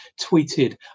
tweeted